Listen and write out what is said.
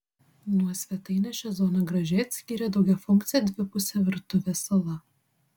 nuo svetainės šią zoną gražiai atskyrė daugiafunkcė dvipusė virtuvės sala